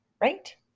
Right